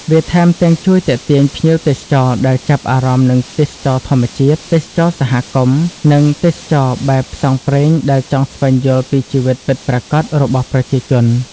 វាថែមទាំងជួយទាក់ទាញភ្ញៀវទេសចរដែលចាប់អារម្មណ៍នឹងទេសចរណ៍ធម្មជាតិ ទេសចរណ៍សហគមន៍ និងទេសចរណ៍បែបផ្សងព្រេងដែលចង់ស្វែងយល់ពីជីវិតពិតប្រាកដរបស់ប្រជាជន។